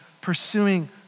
pursuing